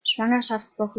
schwangerschaftswoche